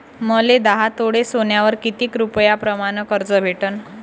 मले दहा तोळे सोन्यावर कितीक रुपया प्रमाण कर्ज भेटन?